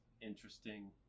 interesting